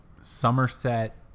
Somerset